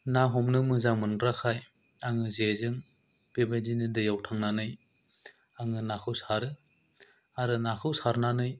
ना हमनो मोजां मोनग्राखाय आङो जेजों बेबायदिनो दैयाव थांनानै आङो नाखौ सारो आरो नाखौ सारनानै